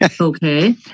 Okay